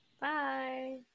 Bye